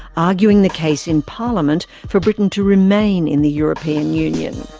arguing the case in parliament for britain to remain in the european union.